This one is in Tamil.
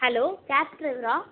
ஹலோ கேப் டிரைவரா